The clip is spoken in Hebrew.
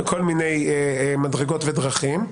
כל מיני מדרגות ודרכים,